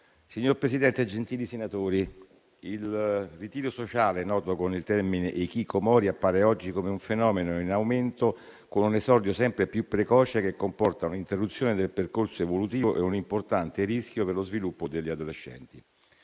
Signor Presidente, gentili senatori, il ritiro sociale, noto con il termine *hikikomori*, appare oggi come un fenomeno in aumento, con un esordio sempre più precoce che comporta un'interruzione del percorso evolutivo e un importante rischio per lo sviluppo degli adolescenti.